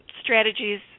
strategies